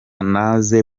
naza